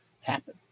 happen